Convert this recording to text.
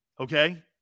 okay